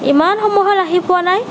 ইমান সময় হ'ল আহি পোৱা নাই